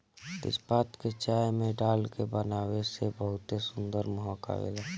तेजपात के चाय में डाल के बनावे से बहुते सुंदर महक आवेला